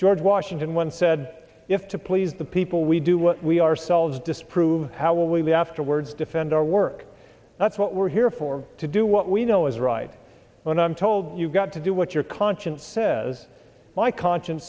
george washington once said if to please the people we do what we ourselves disapprove how will we afterwards defend our work that's what we're here for to do what we know is right when i'm told you to do what your conscience says my conscience